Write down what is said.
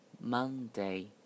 Monday